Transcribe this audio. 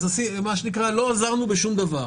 זה מה שנקרא "לא עזרנו בשום דבר".